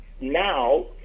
now